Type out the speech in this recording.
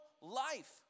life